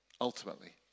ultimately